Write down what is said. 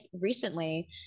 recently